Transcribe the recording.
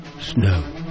Snow